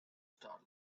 starlight